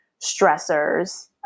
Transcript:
stressors